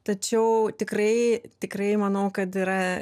tačiau tikrai tikrai manau kad yra